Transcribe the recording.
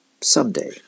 Someday